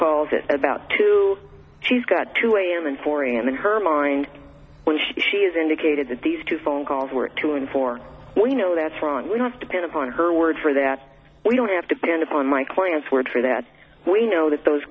calls at about two she's got two am and four and in her mind when she has indicated that these two phone calls were two and four we know that's wrong we have to pin upon her word for that we don't have to bend upon my client's word for that we know that those